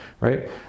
right